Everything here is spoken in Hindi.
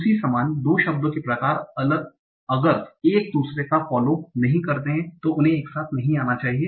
उसी समान 2 शब्दो के प्रकार अगर एक दूसरे का फॉलो नहीं करते हैं उन्हें एक साथ नहीं आना चाहिए